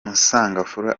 musangamfura